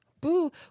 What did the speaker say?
boo